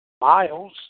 Miles